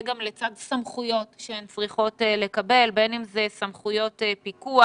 גם לצד סמכויות שהן צריכות לקבל בין אם אלה סמכויות פיקוח,